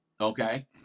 okay